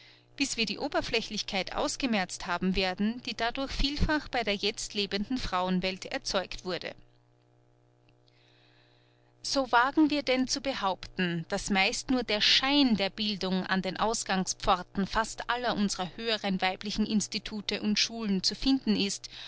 bis wir die oberflächlichkeit ausgemerzt haben werden die dadurch vielfach bei der jetzt lebenden frauenwelt erzeugt wurde so wagen wir denn zu behaupten daß meist nur der schein der bildung an den ausgangspforten fast aller unsrer höheren weiblichen institute und schulen zu finden ist